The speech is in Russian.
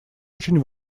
очень